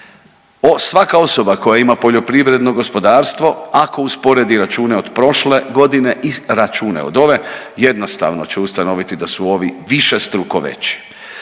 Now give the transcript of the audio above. Svaka osoba koja ima poljoprivredno gospodarstvo ako usporedi račune od prošle godine i račune od ove jednostavno će ustanoviti da su ovi višestruko veći.